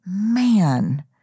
man